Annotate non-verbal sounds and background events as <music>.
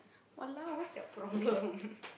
!walao! what's their problem <laughs>